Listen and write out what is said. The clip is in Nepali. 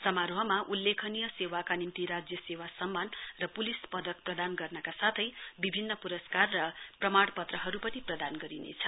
समारोहमा उल्लेखनीय सेवाका निम्ति राज्यसेवा सम्मान र पुलिस पदक प्रदान गर्नका साथै विभिन्न प्रस्कार र प्रमाण पत्रहरु पनि प्रदाण गरिनेछ